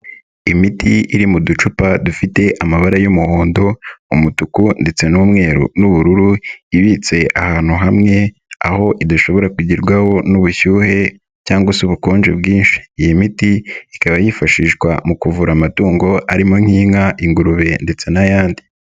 Imiti iri mu ducupa dufite amabara y'umuhondo, umutuku ndetse n'umweru n'ubururu, ibitse ahantu hamwe, aho idashobora kugerwaho n'ubushyuhe cyangwa se ubukonje bwinshi. Iyi miti ikaba yifashishwa mu kuvura amatungo arimo nk'inka, ingurube ndetse n'ayandi.